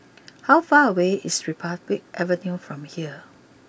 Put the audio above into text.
how far away is Republic Avenue from here